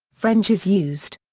french is used.